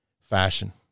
fashion